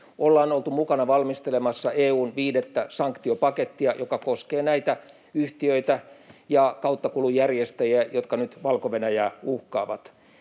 Ollaan oltu mukana valmistelemassa EU:n viidettä sanktiopakettia, joka koskee näitä yhtiöitä ja kauttakulun järjestäjiä, jotka nyt Valko-Venäjää uhkaavat.